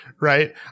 right